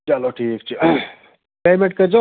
چلو ٹھیٖک چھُ پیٚمٮ۪نٛٹ کٔرۍزیٚو